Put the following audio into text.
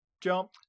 jump